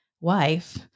wife